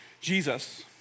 Jesus